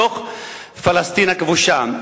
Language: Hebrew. בתוך פלסטין הכבושה,